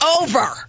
over